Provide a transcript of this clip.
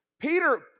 Peter